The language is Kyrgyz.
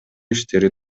иштери